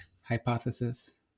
hypothesis